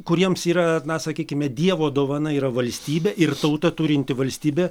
kuriems yra na sakykime dievo dovana yra valstybė ir tauta turinti valstybę